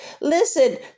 Listen